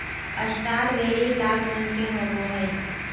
strawberry लाल रंग के होव हई